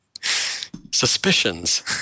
suspicions